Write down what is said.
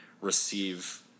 receive